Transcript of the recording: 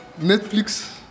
Netflix